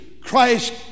Christ